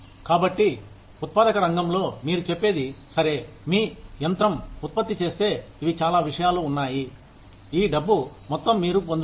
కాబట్టి ఉత్పాదక రంగంలో మీరు చెప్పేది సరే మీ యంత్రం ఉత్పత్తి చేస్తే ఇవి చాలా విషయాలు ఉన్నాయి ఈ డబ్బు మొత్తం మీరు పొందుతారు